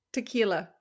Tequila